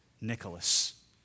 Nicholas